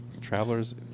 Traveler's